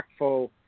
impactful